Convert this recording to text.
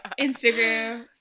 Instagram